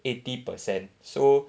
eighty per cent so